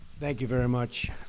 thank you very much.